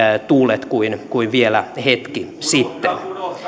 tuulet kuin kuin vielä hetki sitten